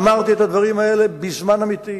אמרתי את הדברים האלה בזמן אמיתי,